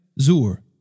Zur